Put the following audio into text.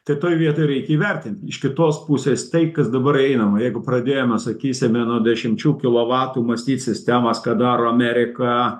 tai toj vietoj reikia įvertint iš kitos pusės tai kas dabar einama jeigu pradėjome sakysime nuo dešimčių kilovatų mąstyt sistemas ką daro amerika